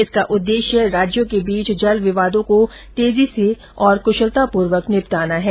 इसका उद्देश्य राज्यों के बीच जल विवादों को तेजी से और कुशलतापूर्वक निपटाना है